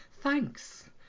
thanks